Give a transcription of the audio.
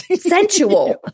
Sensual